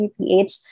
Ph